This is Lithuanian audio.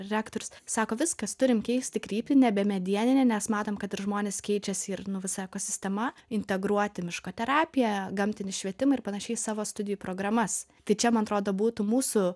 rektorius sako viskas turim keisti kryptį nebe medianinė nes matom kad ir žmonės keičiasi ir nu visa ekosistema integruoti miško terapiją gamtinį švietimą ir panašiai savo studijų programas tai čia man atrodo būtų mūsų